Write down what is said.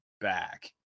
back